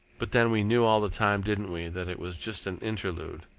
but then we knew all the time, didn't we, that it was just an interlude?